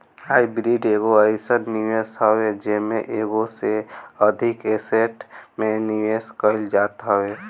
hybrid एगो अइसन निवेश हवे जेमे एगो से अधिक एसेट में निवेश कईल जात हवे